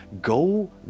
go